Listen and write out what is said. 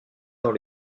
dans